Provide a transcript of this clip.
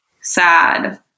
sad